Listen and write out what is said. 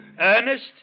Ernest